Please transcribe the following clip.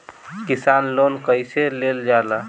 किसान लोन कईसे लेल जाला?